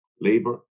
labor